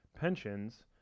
pensions